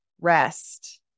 rest